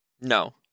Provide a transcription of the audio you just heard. No